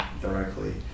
directly